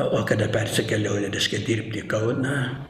o kada persikėliau reiškia dirbt į kauną